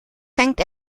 fängt